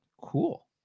Cool